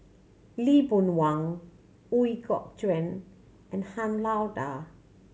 Lee Boon Wang Ooi Kok Chuen and Han Lao Da